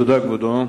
תודה, כבודו.